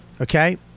Okay